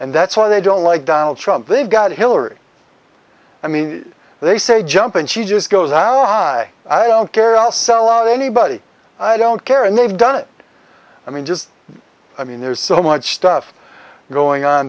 and that's why they don't like donald trump they've got hillary i mean they say jump and she just goes ally i don't care i'll sell out anybody i don't care and they've done it i mean just i mean there's so much stuff going on